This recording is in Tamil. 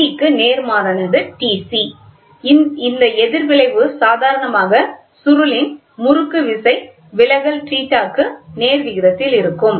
Td க்கு நேர்மாறானது Tc இந்த எதிர் விளைவு சாதாரணமாக சுருளின் முறுக்குவிசை விலகல் θ க்கு நேர் விகிதத்தில் இருக்கும்